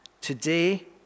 today